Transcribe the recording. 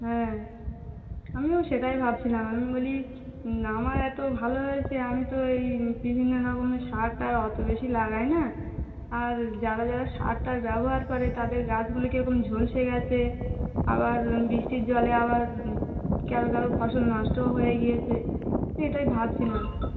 হ্যাঁ আমিও সেটাই ভাবছিলাম আমি বলি না আমার এতো ভালো হয়েছে আমি তো এই বিভিন্ন রকমের সার টার অতো বেশি লাগাই না আর যারা যারা সার টার ব্যবহার করে তাদের গাছগুলো কিরকম ঝলসে গেছে আবার বৃষ্টির জলে আবার কেমন ধরো ফসল নষ্ট হয়ে গিয়েছে তো এটাই ভাবছিলাম